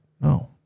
no